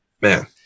man